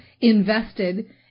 invested